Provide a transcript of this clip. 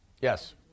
Yes